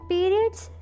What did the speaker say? Periods